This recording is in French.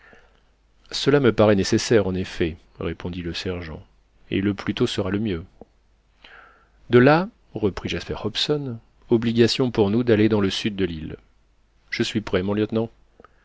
cela me paraît nécessaire en effet répondit le sergent et le plus tôt sera le mieux de là reprit jasper hobson obligation pour nous d'aller dans le sud de l'île je suis prêt mon lieutenant